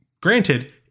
granted